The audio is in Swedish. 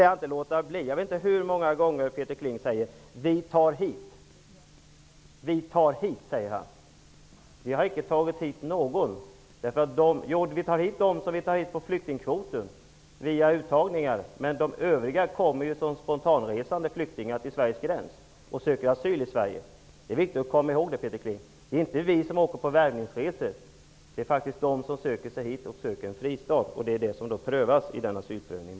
Jag vet inte hur många gånger Peter Kling säger att ''vi tar hit'' flyktingar. Vi har icke tagit hit någon. Vi tar visserligen hit dem som kommer på flyktingkvoten, via uttagningar, men de övriga kommer som spontanresande flyktingar till Sveriges gräns och söker asyl i Sverige. Det är viktigt att komma ihåg det, Peter Kling. Vi åker inte på värvningsresor, utan flyktingar söker sig hit och söker en fristad. Detta behandlas alltså vid asylprövningen.